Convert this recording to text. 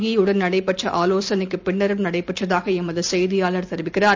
அஜீத் ஈஉடன் நடைபேற்றஆவோசளைக்குப் பின்னரும் நடைபெற்றதாகஎமதுசெய்தியாளர் தெரிவிக்கிறார்